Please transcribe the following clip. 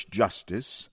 justice